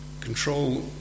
control